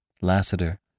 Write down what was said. Lassiter